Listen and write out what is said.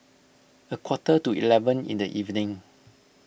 a quarter to eleven in the evening